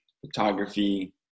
photography